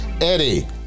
Eddie